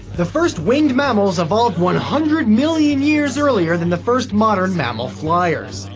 the first winged mammals evolved one hundred million years earlier than the first modern mammal fliers.